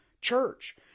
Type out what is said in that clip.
church